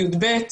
יב',